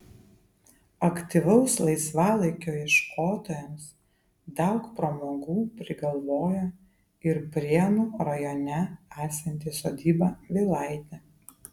aktyvaus laisvalaikio ieškotojams daug pramogų prigalvojo ir prienų rajone esanti sodyba vilaitė